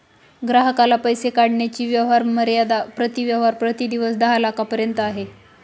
ग्राहकाला पैसे काढण्याची व्यवहार मर्यादा प्रति व्यवहार प्रति दिवस दहा लाखांपर्यंत आहे